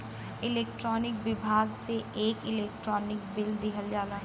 electronic विभाग से एक इलेक्ट्रानिक बिल दिहल जाला